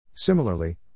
Similarly